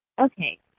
Okay